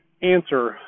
answer